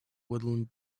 woodland